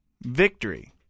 victory